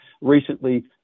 recently